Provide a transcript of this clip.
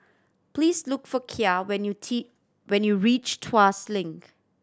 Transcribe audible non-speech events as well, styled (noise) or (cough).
please look for Kya when you (unintelligible) reach Tuas Link